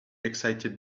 excited